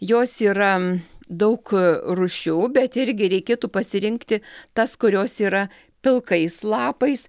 jos yra daug rūšių bet irgi reikėtų pasirinkti tas kurios yra pilkais lapais